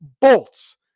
bolts